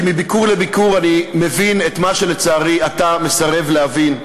כי מביקור לביקור אני מבין את מה שלצערי אתה מסרב להבין,